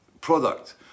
product